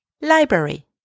Library